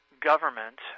government